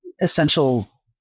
essential